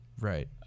Right